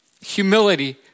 humility